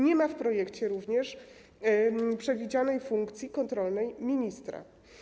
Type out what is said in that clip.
Nie ma w projekcie również przewidzianej funkcji kontrolnej ministra.